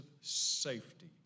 safety